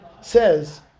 says